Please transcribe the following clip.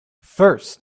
first